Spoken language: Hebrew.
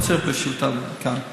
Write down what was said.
לא צריך בשאילתה כאן,